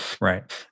Right